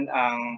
ang